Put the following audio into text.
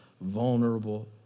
vulnerable